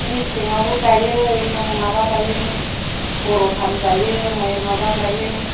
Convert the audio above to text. मेसें आवबो गाइयो एखम माबा गाइयो बरथान जायो माइ माबा गाइयो